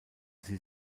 sie